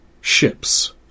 ships